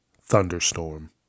thunderstorm